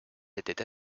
étaient